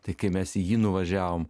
tai kai mes į jį nuvažiavom